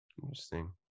Interesting